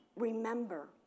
Remember